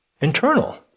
internal